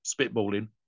spitballing